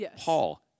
Paul